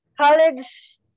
college